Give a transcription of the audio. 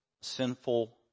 sinful